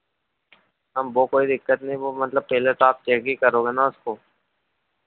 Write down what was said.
हमको कोई दिक्कत नहीं वो मतलब पहले तो आप चेक ही करोगे ना उसको